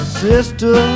sister